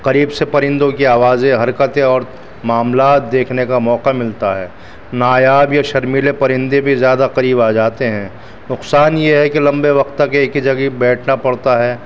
قریب سے پرندوں کی آوازیں حرکتیں اور معاملات دیکھنے کا موقع ملتا ہے نایاب یا شرمیلے پرندے بھی زیادہ قریب آ جاتے ہیں نقصان یہ ہے کہ لمبے وقت تک ایک ہی جگہ پہ بیٹھنا پڑتا ہے